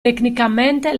tecnicamente